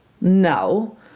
No